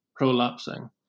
prolapsing